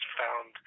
found